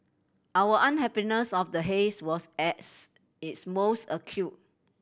our unhappiness of the haze was as its most acute